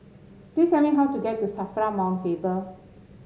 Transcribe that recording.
please tell me how to get to Safra Mount Faber